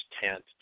tent